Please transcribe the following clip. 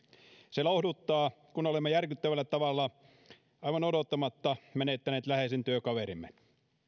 se lohduttaa kun olemme järkyttävällä tavalla aivan odottamatta menettäneet läheisen työkaverimme